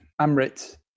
Amrit